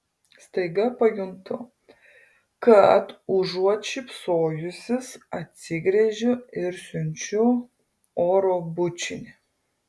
staiga pajuntu kad užuot šypsojusis atsigręžiu ir siunčiu oro bučinį